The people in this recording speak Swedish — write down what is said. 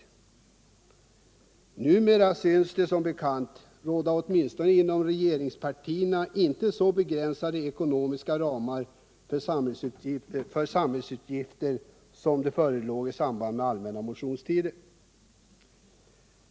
Numera synes det, som bekant, åtminstone inom regeringspartierna råda inte så begränsade ekonomiska ramar för samhällsutgifter som det förelåg i samband med den allmänna motionstiden.